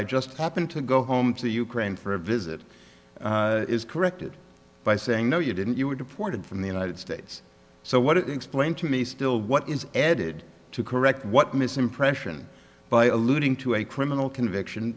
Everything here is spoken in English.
i just happened to go home to the ukraine for a visit is corrected by saying no you didn't you were deported from the united states so what explain to me still what is added to correct what misimpression by alluding to a criminal conviction